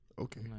okay